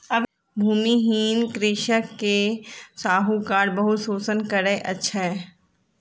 भूमिहीन कृषक के साहूकार बहुत शोषण करैत अछि